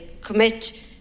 commit